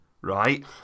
Right